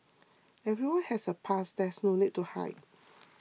everyone has a past there is no need to hide